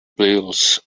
bills